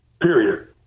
Period